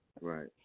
Right